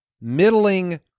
middling